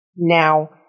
now